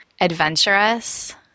adventurous